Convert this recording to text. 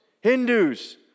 Hindus